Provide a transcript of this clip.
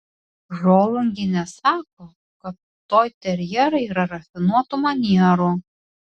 žolungienė sako kad toiterjerai yra rafinuotų manierų